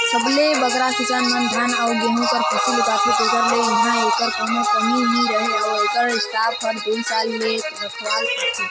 सबले बगरा किसान मन धान अउ गहूँ कर फसिल उगाथें तेकर ले इहां एकर कोनो कमी नी रहें अउ एकर स्टॉक हर दुई साल ले रखाल रहथे